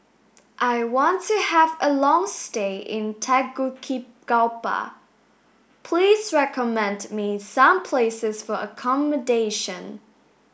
I want to have a long stay in Tegucigalpa please recommend me some places for accommodation